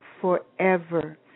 forever